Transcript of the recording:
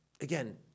again